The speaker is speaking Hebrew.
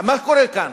מה קורה כאן?